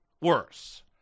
worse